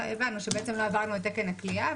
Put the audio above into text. הבנו שבעצם לא עברנו את תקן הכליאה,